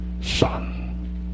son